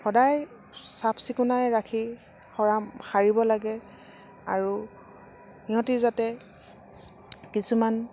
সদায় চাফ চিকুণাই ৰাখি সৰা সাৰিব লাগে আৰু সিহঁতে যাতে কিছুমান